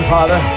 Father